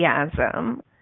enthusiasm